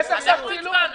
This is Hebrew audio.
הוא הולך עם הגיון.